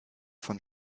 von